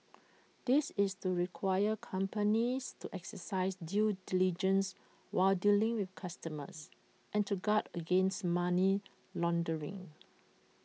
this is to require companies to exercise due diligence while dealing with customers and to guard against money laundering